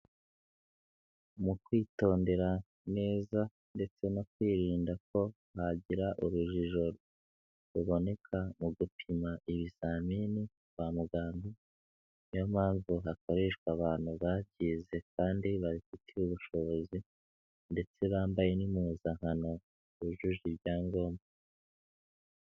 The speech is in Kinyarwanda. Mu kwitondera neza ndetse no kwirinda ko hagira urujijo ruboneka mu gupima ibizamini kwa muganga, ni yo mpamvu hakoreshwa abantu bakize kandi babifitiye ubushobozi ndetse bambaye n'impuzankano yujuje ibyangombwa.